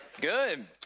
Good